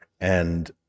And-